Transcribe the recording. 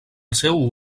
seu